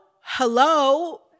hello